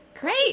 Great